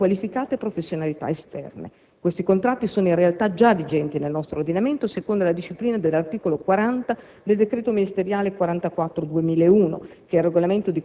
espressione di qualificate professionalità esterne. Questi contratti sono in realtà già vigenti nel nostro ordinamento, secondo la disciplina dell'articolo 40 del decreto ministeriale n.